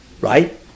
right